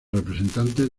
representantes